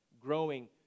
growing